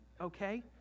okay